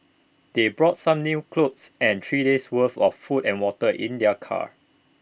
they brought some day clothes and three days' worth of food and water in their car